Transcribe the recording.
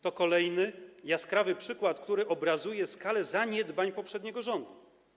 To kolejny jaskrawy przykład, który obrazuje skalę zaniedbań poprzedniego rządu.